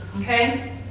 okay